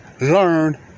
learn